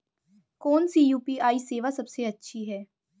कौन सी यू.पी.आई सेवा सबसे अच्छी है?